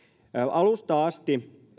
alusta asti